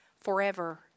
forever